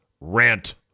rant